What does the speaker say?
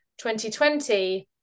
2020